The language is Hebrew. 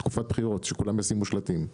תקופת בחירות שכולם ישימו שלטים.